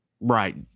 right